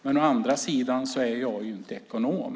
Men å andra sidan är jag inte ekonom.